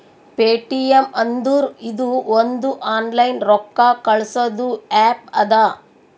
Paytm ಅಂದುರ್ ಇದು ಒಂದು ಆನ್ಲೈನ್ ರೊಕ್ಕಾ ಕಳ್ಸದು ಆ್ಯಪ್ ಅದಾ